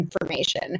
information